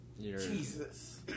Jesus